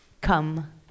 come